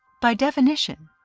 by definition,